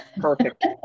Perfect